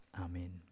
amen